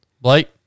Blake